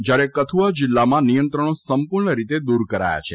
જ્યારે કથુઆ જીલ્લામાં નિયંત્રણ સંપૂર્ણ રીતે દૂર કરાયા છે